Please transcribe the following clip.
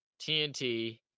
TNT